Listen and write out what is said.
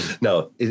No